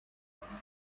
ایتالیا